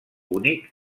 únic